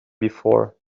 before